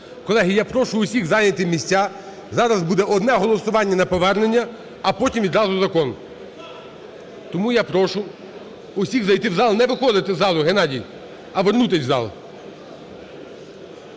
Колеги, я прошу всіх зайняти місця, зараз буде одне голосування на повернення, а потім відразу закон. Тому я прошу всіх зайти в зал, не виходити з залу, Геннадій, а повернутись в зал.